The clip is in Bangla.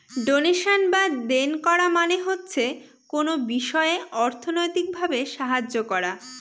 ডোনেশন বা দেন করা মানে হচ্ছে কোনো বিষয়ে অর্থনৈতিক ভাবে সাহায্য করা